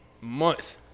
months